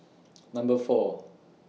Number four